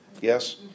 yes